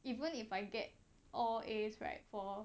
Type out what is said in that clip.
even if I get all As right for